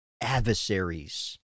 adversaries